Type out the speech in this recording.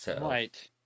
Right